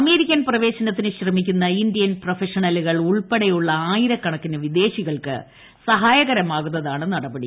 American പ്രവേശനത്തിന് ശ്രമിക്കുന്ന Indian പ്രൊഫഷണലുകൾ ഉൾപ്പെടെയുള്ള ആയിരക്കണക്കിന് വിദേശികൾക്ക് സഹായകരമാകുന്നതാണ് നടപടി